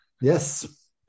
Yes